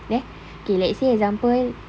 there okay let's say example